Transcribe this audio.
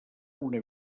una